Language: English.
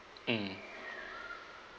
mm